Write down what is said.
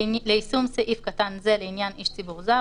ליישום סעיף קטן זה לעניין איש ציבור זר,